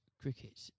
cricket